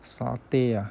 satay ah